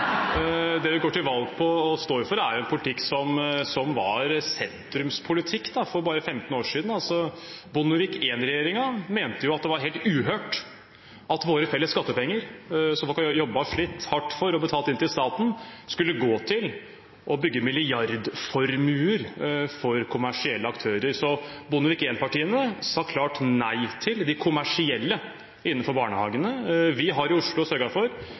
det vi går til valg på og står for, er en politikk som var sentrumspolitikk for bare vel 15 år siden. Bondevik I-regjeringen mente jo at det var helt uhørt at våre felles skattepenger, som folk hadde jobbet og slitt hardt for og betalt inn til staten, skulle gå til å bygge milliardformuer for kommersielle aktører. Bondevik I-partiene sa klart nei til de kommersielle innenfor barnehagesektoren. Vi har i Oslo sørget for